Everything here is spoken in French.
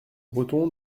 bretons